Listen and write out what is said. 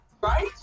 Right